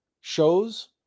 shows